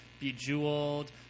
bejeweled